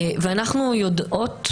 ואנחנו יודעות,